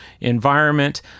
environment